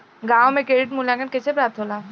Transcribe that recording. गांवों में क्रेडिट मूल्यांकन कैसे प्राप्त होला?